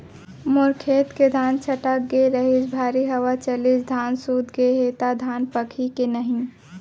मोर खेत के धान छटक गे रहीस, भारी हवा चलिस, धान सूत गे हे, त धान पाकही के नहीं?